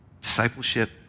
discipleship